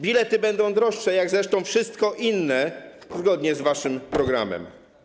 Bilety będą droższe, jak zresztą wszystko inne, zgodnie z waszym programem.